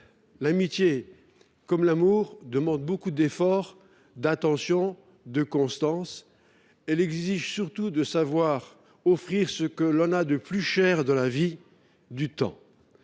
L’amitié, comme l’amour, demande beaucoup d’efforts, d’attention, de constance, elle exige surtout de savoir offrir ce que l’on a de plus cher dans la vie : du temps